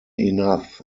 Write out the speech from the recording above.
enough